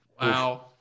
Wow